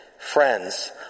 Friends